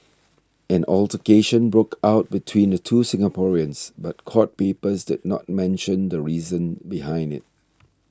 an altercation broke out between the two Singaporeans but court papers did not mention the reason behind it